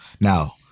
Now